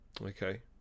Okay